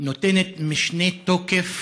נותנים משנה תוקף